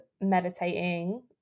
meditating